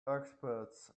experts